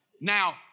Now